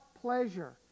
pleasure